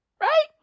Right